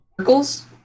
Circles